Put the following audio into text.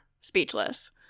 speechless